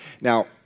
Now